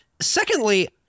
Secondly